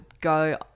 go